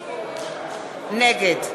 נגד